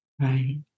Right